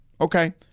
okay